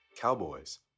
Cowboys